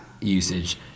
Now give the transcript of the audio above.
usage